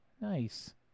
nice